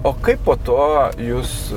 o kaip po to jūs